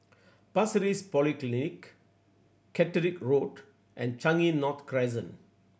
Pasir Ris Polyclinic Caterick Road and Changi North Crescent